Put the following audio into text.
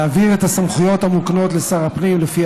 להעביר את הסמכויות המוקנות לשר הפנים לפי